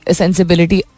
sensibility